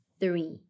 three